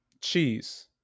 Cheese